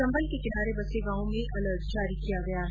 चम्बल के किनारे बसे गांवों में अलर्ट जारी किया गया है